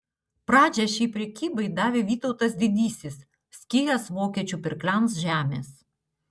pradžią šiai prekybai davė vytautas didysis skyręs vokiečių pirkliams žemės